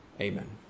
Amen